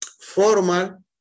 formal